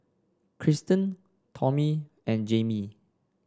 Christen Tommy and Jayme